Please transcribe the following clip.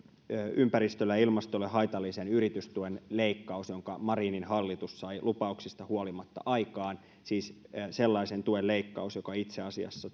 ympäristölle ja ilmastolle haitallisen yritystuen leikkaus jonka marinin hallitus sai lupauksista huolimatta aikaan siis sellaisen tuen leikkaus joka itse asiassa